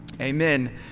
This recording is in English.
Amen